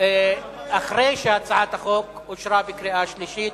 אחרי שהצעת החוק אושרה בקריאה שלישית.